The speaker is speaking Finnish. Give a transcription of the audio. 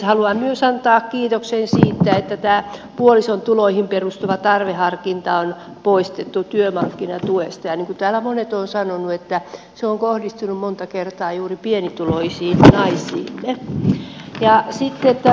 haluan myös antaa kiitoksen siitä että tämä puolison tuloihin perustuva tarveharkinta on poistettu työmarkkinatuesta ja niin kuin täällä monet ovat sanoneet se on kohdistunut monta kertaa juuri pienituloisiin naisiimme